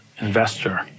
investor